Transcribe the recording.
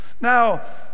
Now